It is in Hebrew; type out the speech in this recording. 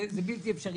זה בלתי אפשרי.